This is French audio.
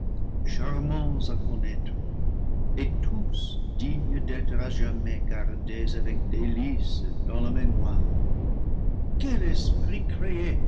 con naître et tous dignes d'être à jamais gardés avec délices dans la mémoire quel esprit créé